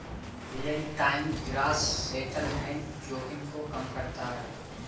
real time gross settlement जोखिम को कम करता है